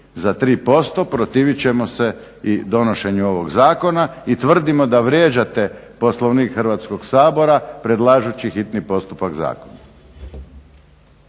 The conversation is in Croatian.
za 3% protivit ćemo se i donošenju ovog zakona. I tvrdimo da vrijeđate Poslovnik Hrvatskog sabora predlažući hitni postupak zakona.